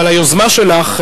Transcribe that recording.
אבל היוזמה שלך,